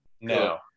No